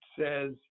says